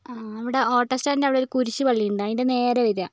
ആ അവിടെ ഓട്ടോ സ്റ്റാന്റിന്റെ അവിടെ ഒരു കുരിശ് പള്ളി ഉണ്ട് അതിന്റെ നേരെ വരിക